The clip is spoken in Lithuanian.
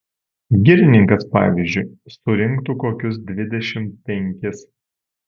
girininkas pavyzdžiui surinktų kokius dvidešimt penkis